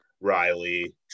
Riley